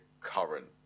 current